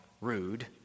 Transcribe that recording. rude